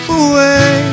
away